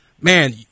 man